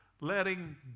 letting